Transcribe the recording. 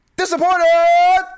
disappointed